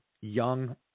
young